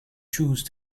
choose